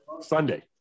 Sunday